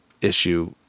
issue